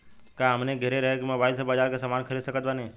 का हमनी के घेरे रह के मोब्बाइल से बाजार के समान खरीद सकत बनी?